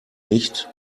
nicht